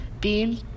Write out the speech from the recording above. Bean